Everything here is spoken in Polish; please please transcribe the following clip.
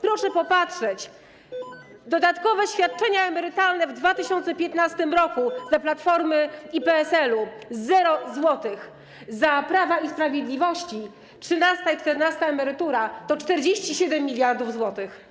Proszę popatrzeć: dodatkowe świadczenia emerytalne w 2015 r. za Platformy i PSL - 0 zł, za Prawa i Sprawiedliwości - trzynaste i czternaste emerytury to 47 mld zł.